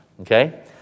okay